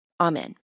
Amen